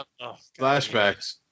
Flashbacks